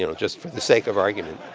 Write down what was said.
you know just for the sake of argument.